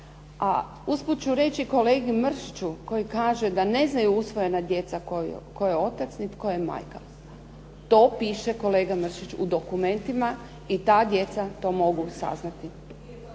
A usput ću reći kolegi Mršiću koji kaže da ne znaju usvojena djeca tko je otac, ni tko je majka. To piše kolega Mršiću u dokumentima i ta djeca to mogu saznati.